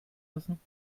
wissen